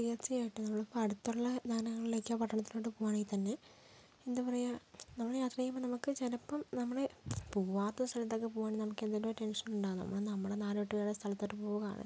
തീർച്ചയായിട്ടും നമ്മളിപ്പോൾ അടുത്തുള്ള നഗരങ്ങളിലേക്കോ പട്ടണത്തിലോട്ട് പോകുകയാണെങ്കിൽത്തന്നെ എന്താപറയുക നമ്മൾ യാത്ര ചെയ്യുമ്പോൾ ചിലപ്പം നമ്മൾ പോകാത്ത സ്ഥലത്തൊക്കെ പോകുകയാണെങ്കിൽ നമുക്ക് എന്തേങ്കിലുമൊരു ടെൻഷൻ ഉണ്ടാകാം നമ്മൾ നമ്മളുടെ നാടുവിട്ട് വേറെ സ്ഥലത്തോട്ട് പോകുകയാണ്